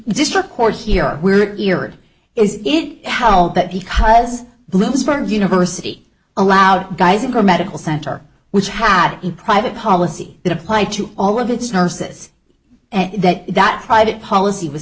district court here where eared is it how that because bloomberg university allowed guys or medical center which have a private policy that apply to all of its nurses and that that private policy was